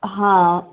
ಹಾಂ